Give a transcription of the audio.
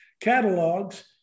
catalogs